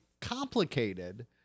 complicated